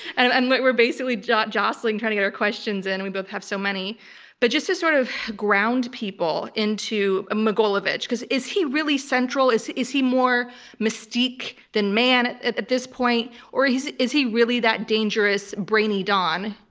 and and we're we're basically just jostling trying to get our questions in, and we both have so many but just to sort of ground people into mogilevich, because is he really central? is is he more mystique than man at at this point, or is is he really that dangerous, brainy don?